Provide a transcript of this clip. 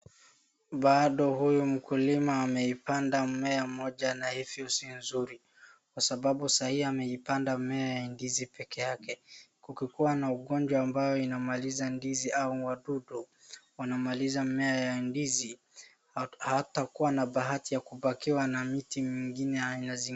Bado huyu mkulima ameipanda mmea mmoja na hivyo sio nzuri. Kwa sababu sahii ameipanda mimea na ndizi peke yake, kukikuwa na ugonjwa ambayo inamaliza ndizi au wanamaliza mmea ya ndizi, hatakuwa na bahati ya kubakiwa na mti mwingine.